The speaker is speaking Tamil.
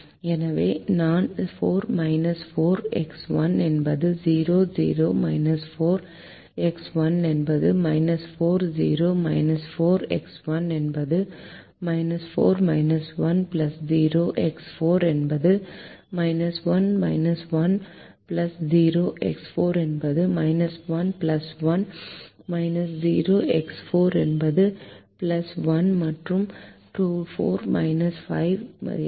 எனவே நான் 4 4 x 1 என்பது 0 0 4 x 1 என்பது 4 0 4 x 1 என்பது 4 1 0 x 4 என்பது 1 1 0 x 4 என்பது 1 1 0 x 4 என்பது 1 மற்றும் 24 5 x 4 20 என்பது 4